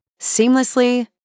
Seamlessly